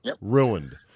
ruined